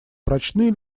прочны